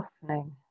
softening